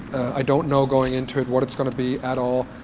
i don't know going into it what it's going to be at all.